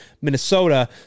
Minnesota